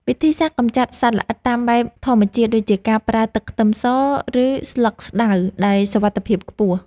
វិធីសាស្ត្រកម្ចាត់សត្វល្អិតតាមបែបធម្មជាតិដូចជាការប្រើទឹកខ្ទឹមស ឬស្លឹកស្តៅមានសុវត្ថិភាពខ្ពស់។